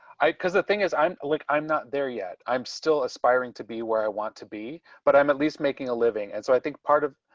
because the thing is, i'm like, i'm not there yet. i'm still aspiring to be where i want to be, but i'm at least making a living. and so i think part of